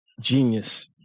genius